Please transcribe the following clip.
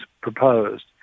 proposed